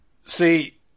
See